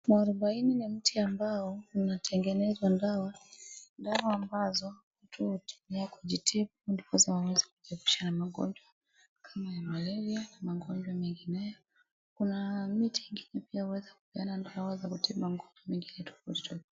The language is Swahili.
Muarubaini ni mti ambao unatengenezwa dawa. Dawa ambazo watu hutumia kujitibu ndiposa waweze kujiepusha magonjwa kama ya malaria na magonjwa mengineyo. Kuna miti ingine pia hueza kupeanadawa ya kutibu magonjwa.